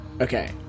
Okay